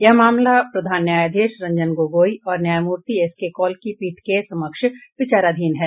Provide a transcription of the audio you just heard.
यह मामला प्रधान न्यायाधीश रंजन गोगोई और न्यायमूर्ति एसके कौल की पीठ के समक्ष विचाराधीन है